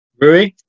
Rui